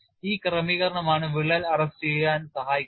ഈ ക്രമീകരണമാണ് വിള്ളൽ അറസ്റ്റുചെയ്യാൻ സഹായിക്കുന്നത്